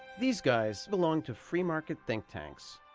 these guys belong to free-market think tanks,